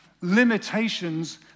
limitations